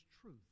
truth